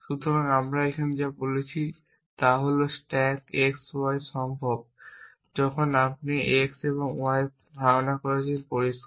সুতরাং আমরা এখানে যা বলছি তা হল যে স্ট্যাক x y সম্ভব যখন আপনি x এবং y ধারণ করছেন পরিষ্কার